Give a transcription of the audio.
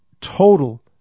total